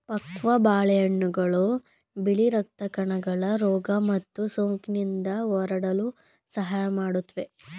ಪಕ್ವ ಬಾಳೆಹಣ್ಣುಗಳು ಬಿಳಿ ರಕ್ತ ಕಣಗಳು ರೋಗ ಮತ್ತು ಸೋಂಕಿನಿಂದ ಹೋರಾಡಲು ಸಹಾಯ ಮಾಡುತ್ವೆ